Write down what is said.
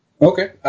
Okay